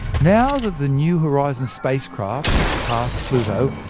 now that the new horizons spacecraft has passed pluto,